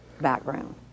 background